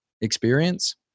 experience